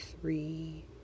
three